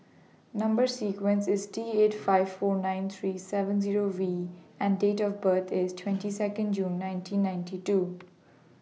Number sequence IS T eight five four nine three seven Zero V and Date of birth IS twenty Second June nineteen ninety two